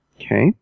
Okay